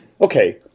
okay